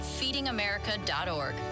feedingamerica.org